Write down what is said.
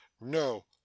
No